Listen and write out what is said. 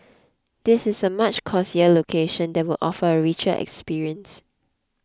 this is a much cosier location that will offer a richer experience